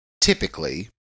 typically